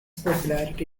popularity